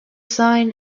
sign